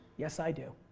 yes i do.